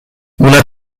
una